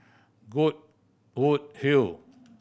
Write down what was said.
Goodwood Hill